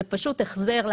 מי מציג את ההצעה?